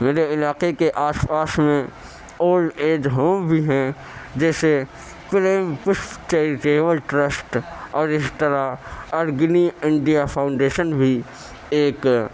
میرے علاقے کے آس پاس میں اولڈ ایج ہوم بھی ہیں جیسے پریم پشپ چیریٹیبل ٹرسٹ اور اس طرح ارگنی انڈیا فاؤنڈیشن بھی ایک